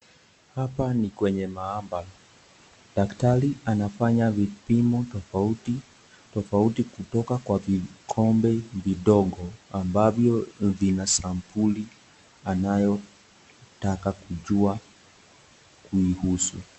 Hapa ni kwenye maabara. Daktari anafanya vipimo tofauti tofauti kutoka kwa vikombe vidogo ambavyo vina sampuli anayotaka kujua kuihusu.